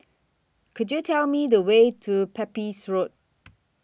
Could YOU Tell Me The Way to Pepys Road